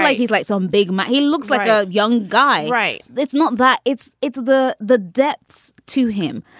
like he's like some big man. he looks like a young guy right. it's not that it's it's the the debts to him.